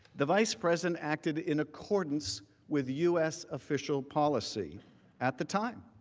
the vice president acted in accordance with u. s. official policy at the time